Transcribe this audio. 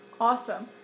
Awesome